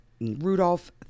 Rudolph